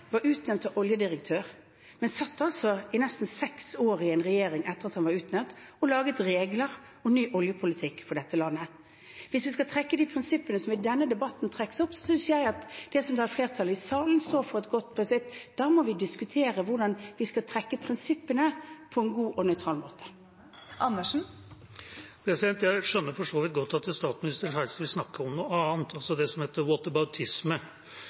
var utnevnt til oljedirektør, men satt altså i nesten seks år i en regjering etter at han var utnevnt, og laget regler og ny oljepolitikk for dette landet. Hvis vi skal trekke de prinsippene som i denne debatten trekkes opp, synes jeg at det som da er flertallet i salen, står for et godt prinsipp. Da må vi diskutere hvordan vi skal trekke prinsippene på en god og nøytral måte. Jeg skjønner for så vidt godt at statsministeren helst vil snakke om noe annet, altså det som heter